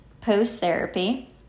post-therapy